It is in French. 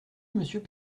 monsieur